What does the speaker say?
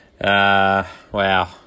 Wow